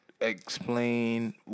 explain